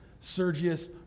Sergius